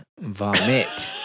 vomit